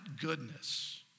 goodness